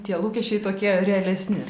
tie lūkesčiai tokie realesni